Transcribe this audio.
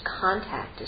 contact